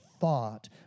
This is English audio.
thought